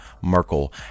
Merkel